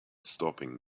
stopping